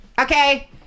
okay